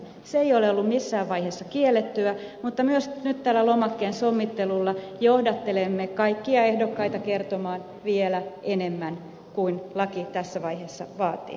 se ei ole ollut missään vaiheessa kiellettyä mutta myös nyt tällä lomakkeen sommittelulla johdattelemme kaikkia ehdokkaita kertomaan vielä enemmän kuin laki tässä vaiheessa vaatii